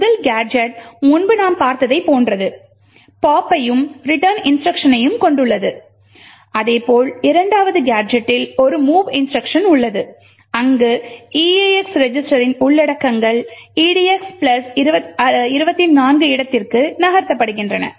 முதல் கேஜெட் முன்பு நாம் பார்த்ததைப் போன்றது pop பையும் return இன்ஸ்ட்ருக்ஷனையும் கொண்டுள்ளது அதே போல் இரண்டாவது கேஜெட்டில் ஒரு mov இன்ஸ்ட்ருக்ஷன் உள்ளது அங்கு eax ரெஜிஸ்டரின் உள்ளடக்கங்கள் edx 24 இடத்திற்கு நகர்த்தப்படுகின்றன